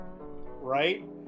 Right